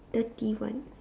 thirty one